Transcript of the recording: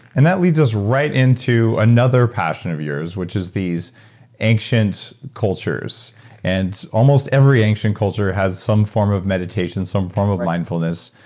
and that leads us right into another passion of yours, which is these ancient cultures and almost every ancient culture has some form of meditation, some form of mindfulness,